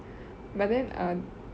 but then err